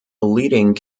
leading